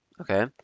okay